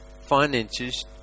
finances